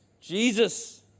Jesus